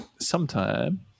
sometime